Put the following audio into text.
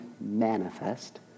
manifest